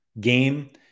game